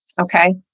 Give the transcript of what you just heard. Okay